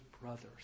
brothers